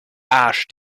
arsch